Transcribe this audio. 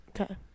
Okay